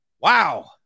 Wow